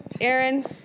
Aaron